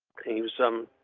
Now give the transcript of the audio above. team some